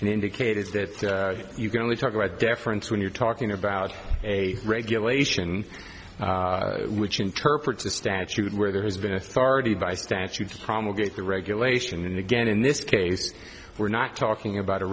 indicated that you can only talk about deference when you're talking about a regulation which interprets a statute where there has been authority by statute promulgated regulation and again in this case we're not talking about a